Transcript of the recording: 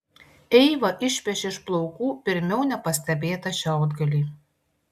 eiva išpešė iš plaukų pirmiau nepastebėtą šiaudgalį